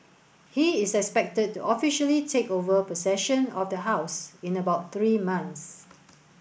he is expected to officially take over possession of the house in about three months